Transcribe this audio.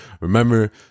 remember